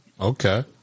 okay